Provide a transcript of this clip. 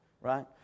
right